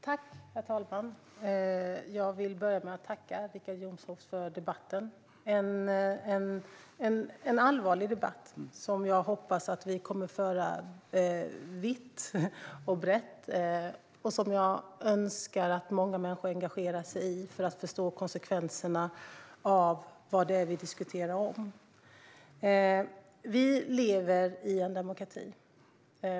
Herr talman! Jag vill börja med att tacka Richard Jomshof för debatten. Det är en allvarlig debatt som jag hoppas att vi kommer att föra vitt och brett och som jag önskar att många människor engagerar sig i för att de ska förstå konsekvenserna av det vi diskuterar. Vi lever i en demokrati.